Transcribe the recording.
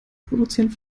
produzieren